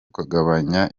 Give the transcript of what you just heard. ukagabanya